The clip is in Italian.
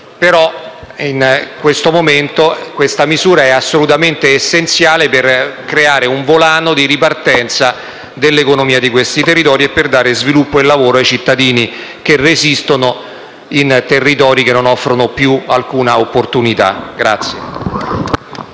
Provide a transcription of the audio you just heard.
In questo momento si tratta di una misura assolutamente essenziale per creare un volano di ripartenza dell'economia di questi territori, per garantire sviluppo e per dare lavoro ai cittadini che resistono in territori che non offrono più alcuna opportunità.